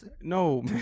no